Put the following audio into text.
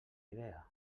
idea